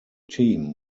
team